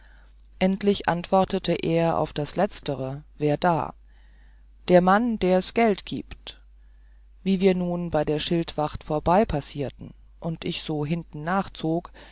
endlich antwortete er auf das letztere werda der mann ders geld gibt wie wir nun bei der schildwacht vorbeipassierten und ich so hinden nachzog